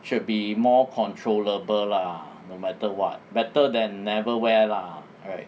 should be more controllable lah no matter what better than never wear lah right